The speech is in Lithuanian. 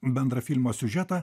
bendrą filmo siužetą